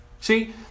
See